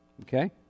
Okay